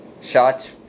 Shots